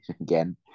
again